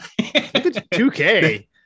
2K